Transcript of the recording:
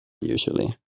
usually